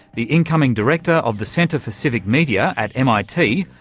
the incoming director of the centre for civic media at mit,